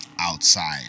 outside